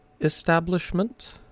Establishment